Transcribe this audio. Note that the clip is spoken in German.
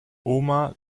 oma